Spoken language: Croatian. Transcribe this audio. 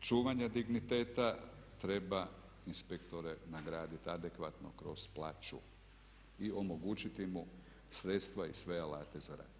čuvanja digniteta treba inspektore nagraditi adekvatno kroz plaću i omogućiti mu sredstva i sve alate za rad